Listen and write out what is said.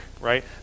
right